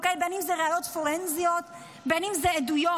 בין אם אלה ראיות פורנזיות ובין אם אלה עדויות,